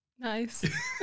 Nice